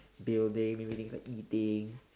building maybe things like eating